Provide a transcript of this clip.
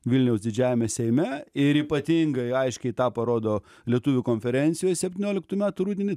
vilniaus didžiajame seime ir ypatingai aiškiai tą parodo lietuvių konferencijoj septynioliktų metų rudenį